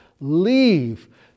Leave